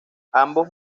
ambos